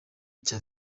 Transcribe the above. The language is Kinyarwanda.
cya